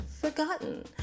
forgotten